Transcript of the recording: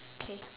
okay